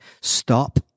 Stop